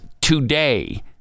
today